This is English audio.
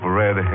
red